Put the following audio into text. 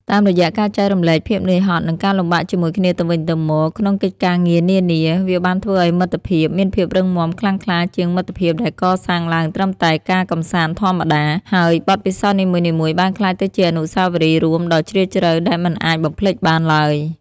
តាមរយៈការចែករំលែកភាពនឿយហត់និងការលំបាកជាមួយគ្នាទៅវិញទៅមកក្នុងកិច្ចការងារនានា វាបានធ្វើឱ្យមិត្តភាពមានភាពរឹងមាំខ្លាំងក្លាជាងមិត្តភាពដែលកសាងឡើងត្រឹមតែការកម្សាន្តធម្មតា ហើយបទពិសោធន៍នីមួយៗបានក្លាយទៅជាអនុស្សាវរីយ៍រួមដ៏ជ្រាលជ្រៅដែលមិនអាចបំភ្លេចបានឡើយ។